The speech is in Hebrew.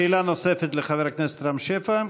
שאלה נוספת לחבר הכנסת רם שפע.